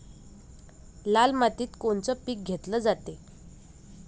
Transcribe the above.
लाल मातीत कोनचं पीक घेतलं जाते?